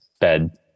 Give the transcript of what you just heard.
bed